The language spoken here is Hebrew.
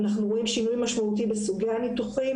אנחנו רואים שינוי משמעותי בסוגי הניתוחים,